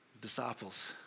disciples